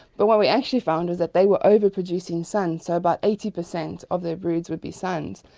but what we actually found was that they were overproducing sons, so about eighty percent of their broods would be sons.